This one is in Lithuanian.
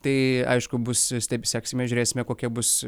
tai aišku bus taip seksime žiūrėsime kokia bus